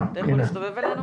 אני לפחות מקבלת מדי יום.